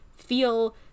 Feel